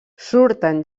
surten